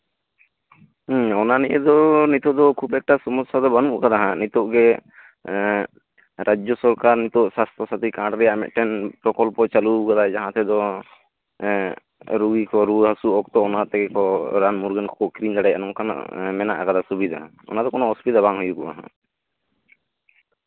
ᱦᱮᱸ ᱚᱱᱟ ᱱᱤᱭᱮ ᱫᱚ ᱱᱤᱛᱚᱜ ᱫᱚ ᱠᱷᱩᱵ ᱮᱠᱴᱟ ᱥᱚᱢᱚᱥᱥᱟ ᱫᱚ ᱵᱟᱹᱱᱩᱜ ᱠᱟᱫᱟ ᱦᱟᱜ ᱱᱤᱛᱚᱜ ᱜᱮ ᱨᱟᱡᱽᱡᱚ ᱥᱚᱨᱠᱟᱨ ᱥᱟᱥᱛᱷᱚ ᱥᱟᱥᱛᱷᱤ ᱠᱟᱨᱰ ᱨᱮᱭᱟᱜ ᱢᱤᱫᱴᱮᱱ ᱯᱨᱚᱠᱚᱞᱯᱚ ᱪᱟᱹᱞᱩ ᱠᱟᱫᱟᱭ ᱡᱟᱦᱟ ᱛᱮᱫᱚ ᱨᱩᱜᱤ ᱠᱚ ᱨᱩᱣᱟᱹ ᱦᱟᱹᱥᱩ ᱚᱠᱛᱚ ᱚᱱᱟ ᱛᱮᱜᱮ ᱠᱚ ᱨᱟᱱ ᱢᱩᱨᱜᱟᱹᱱ ᱠᱚ ᱠᱤᱨᱤᱧ ᱫᱟᱲᱮᱭᱟᱜ ᱱᱚᱝᱠᱟᱱᱟᱜ ᱢᱮᱱᱟᱜ ᱠᱟᱫᱟ ᱥᱩᱵᱤᱫᱷᱟ ᱚᱱᱟ ᱫᱚ ᱠᱳᱱᱳ ᱚᱥᱩᱵᱤᱫᱷᱟ ᱵᱟᱝ ᱦᱩᱭᱩᱜᱼᱟ